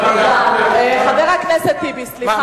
חבר הכנסת טיבי, סליחה.